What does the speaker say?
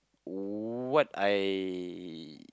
what I